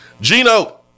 Gino